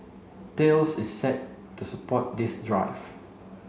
Thales is set to support this drive